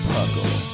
Puckle